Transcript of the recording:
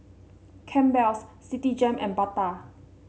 Campbell's Citigem and Bata